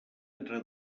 entre